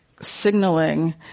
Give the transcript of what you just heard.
signaling